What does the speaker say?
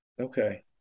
Okay